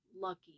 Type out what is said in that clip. lucky